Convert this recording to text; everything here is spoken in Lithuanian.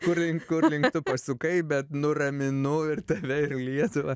kur link kur link tu pasukai bet nuraminu ir tave lietuvą